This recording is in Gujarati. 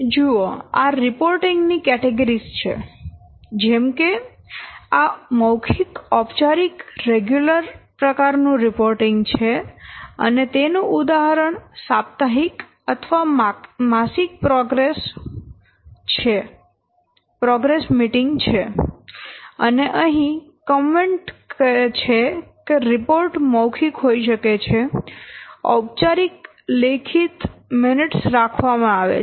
જુઓ આ રિપોર્ટિંગ ની કેટેગરીઝ છે જેમ કે આ મૌખિક ઔપચારિક રેગ્યુલર પ્રકાર નું રિપોર્ટિંગ છે અને તેનું ઉદાહરણ સાપ્તાહિક અથવા માસિક પ્રોગ્રેસ મીટિંગ છે અને અહી કોમેન્ટ છે કે રિપોર્ટ મૌખિક હોઈ શકે છે ઔપચારિક લેખિત મિનીટ્સ રાખવામાં આવે છે